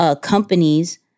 companies